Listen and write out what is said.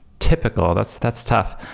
typical, that's that's tough.